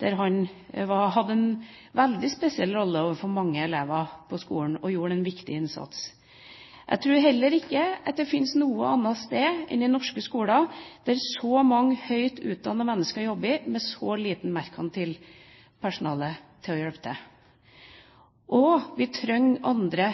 Han spilte en veldig spesiell rolle for mange elever på skolen og gjorde en viktig innsats. Jeg tror heller ikke at det fins noen annet sted enn i norske skoler der så mange høyt utdannede mennesker jobber med så lite merkantilt personale til å hjelpe til. Vi trenger også å få andre